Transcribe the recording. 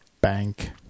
bank